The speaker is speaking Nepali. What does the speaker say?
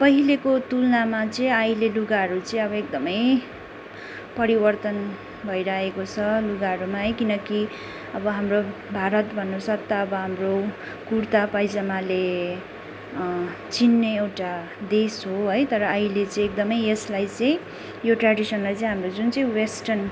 पहिलेको तुलनामा चाहिँ अहिले लुगाहरू चाहिँ अब एकदमै परिवर्तन भएर आएको छ लुगाहरूमा है किनकि अब हाम्रो भारत भन्नु साथ त अब हाम्रो कुर्ता पाइजामाले चिन्ने एउटा देश हो है तर अहिले चाहिँ एकदमै यसलाई चाहिँ यो ट्रेडिसनलाई चाहिँ हाम्रो जुन चाहिँ वेस्टर्न